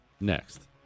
next